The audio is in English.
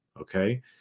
okay